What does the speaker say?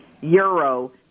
euro